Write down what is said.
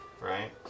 right